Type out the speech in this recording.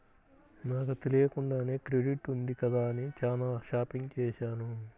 నాకు తెలియకుండానే క్రెడిట్ ఉంది కదా అని చానా షాపింగ్ చేశాను